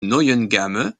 neuengamme